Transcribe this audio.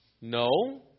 No